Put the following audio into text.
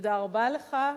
תודה רבה לך.